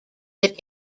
that